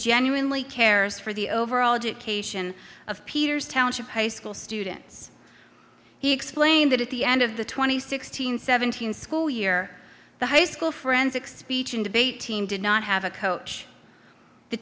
genuinely cares for the overall education of peers township high school students he explained that at the end of the twenty sixteen seventeen school year the high school friend six beaten debate team did not have a coach the